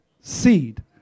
seed